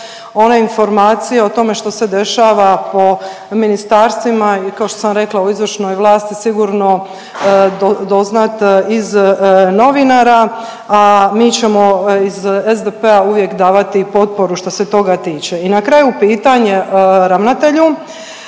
one informacije o tome što se dešava po ministarstvima i kao što sam rekla u Izvršnoj vlasti sigurno doznat iz novinara, a mi ćemo iz SDP-a uvijek davati potporu što se toga tiče. I na kraju pitanje ravnatelju